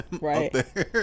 right